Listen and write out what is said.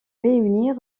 réunir